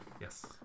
Yes